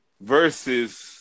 versus